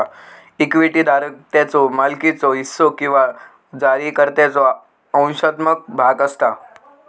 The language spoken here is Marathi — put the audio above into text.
इक्विटी धारक त्याच्यो मालकीचो हिस्सो किंवा जारीकर्त्याचो अंशात्मक भाग असता